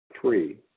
Three